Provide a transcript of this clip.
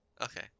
Okay